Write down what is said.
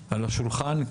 השולחן,